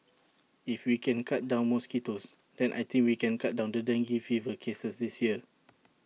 if we can cut down mosquitoes then I think we can cut down the dengue fever cases this year